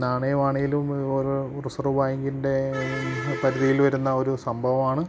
നാണയമാണേലും ഓരോ റിസർവ് ബാങ്കിന്റെ പരിധിയിൽ വരുന്ന ഒരു സംഭവമാണ്